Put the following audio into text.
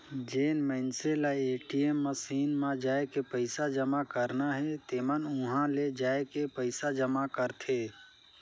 जेन मइनसे ल ए.टी.एम मसीन म जायके पइसा जमा करना हे तेमन उंहा ले जायके पइसा जमा करथे